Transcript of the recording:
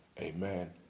amen